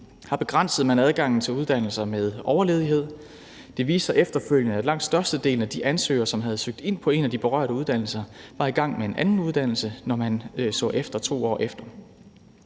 Her begrænsede man adgangen til uddannelser med overledighed. Det viste sig efterfølgende, at langt størstedelen af de ansøgere, som havde søgt ind på en af de berørte uddannelser, var i gang med en anden uddannelse, når man så på det 2 år efter.